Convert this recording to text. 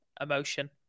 emotion